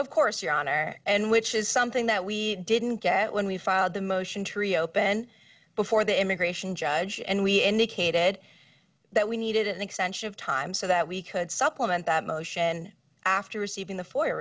of course iana and which is something that we didn't get when we filed the motion to reopen before the immigration judge and we ended kate ed that we needed an extension of time so that we could supplement that motion after receiving the foyer